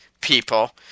people